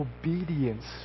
Obedience